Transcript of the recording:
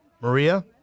Maria